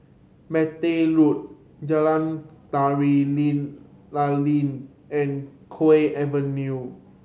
Bartley Road Jalan Tari Lilin and Kew Avenue